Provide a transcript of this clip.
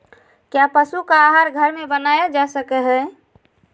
क्या पशु का आहार घर में बनाया जा सकय हैय?